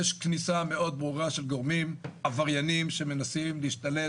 יש כניסה מאוד ברורה של גורמים עבריינים שמנסים להשתלט